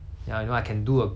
err